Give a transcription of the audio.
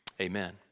amen